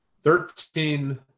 thirteen